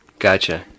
Gotcha